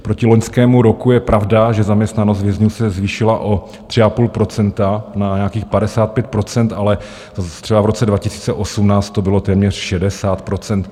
Proti loňskému roku je pravda, že zaměstnanost vězňů se zvýšila o 3,5 % na nějakých 55 %, ale třeba v roce 2018 to bylo téměř 60 %.